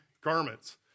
garments